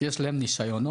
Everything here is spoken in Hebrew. יש להן ניסיונות,